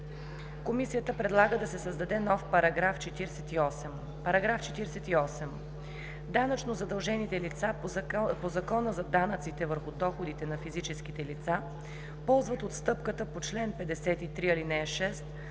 Комисията предлага да се създаде нов § 48: „§ 48. Данъчно задължените лица по Закона за данъците върху доходите на физическите лица ползват отстъпката по чл. 53,